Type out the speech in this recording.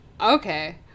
Okay